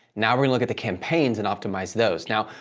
now, we're gonna look at the campaigns and optimize those. now,